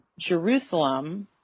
Jerusalem